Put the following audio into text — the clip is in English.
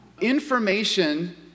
Information